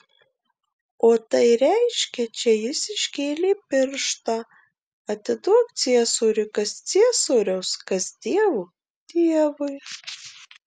o tai reiškia čia jis iškėlė pirštą atiduok ciesoriui kas ciesoriaus kas dievo dievui